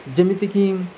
ଯେମିତିକି